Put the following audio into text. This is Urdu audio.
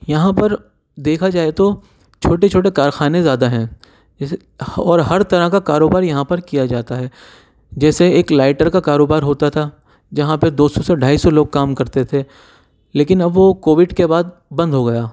یہاں پر دیکھا جائے تو چھوٹے چھوٹے کارخانے زیادہ ہیں جیسے اور ہر طرح کا کاروبار یہاں پر کیا جاتا ہے جیسے ایک لائٹر کا کاروبار ہوتا تھا جہاں پہ دو سو سے ڈھائی سو لوگ کام کرتے تھے لیکن اب وہ کوویڈ کے بعد بند ہو گیا